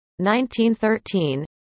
1913